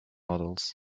models